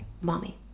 mommy